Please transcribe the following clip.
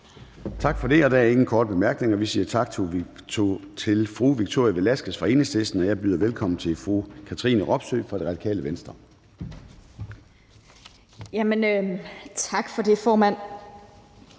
Tak for det. Og der er ingen korte bemærkninger. Vi siger tak til fru Victoria Velasquez fra Enhedslisten, og jeg byder velkommen til fru Katrine Robsøe fra Radikale Venstre. Kl. 13:25 (Ordfører)